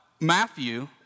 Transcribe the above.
Matthew